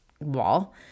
wall